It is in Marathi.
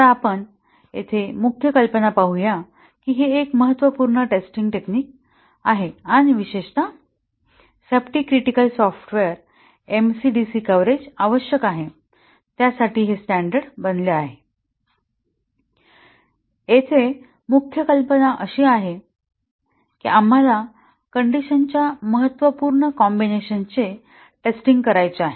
आता आपण येथे मुख्य कल्पना पाहू या की हे एक महत्त्वपूर्ण टेस्टिंग टेक्निक आणि विशेषत safety critical software MC DC coverage आवश्यक आहे त्यासाठी स्टॅंडर्ड बनले आहे येथे मुख्य कल्पना अशी आहे की आम्हाला कण्डिशनच्या महत्त्वपूर्ण कॉम्बिनेशन्स चे टेस्टिंग करायचे आहे